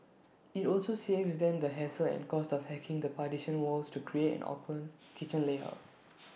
IT also saves them the hassle and cost of hacking the partition walls to create an open kitchen layout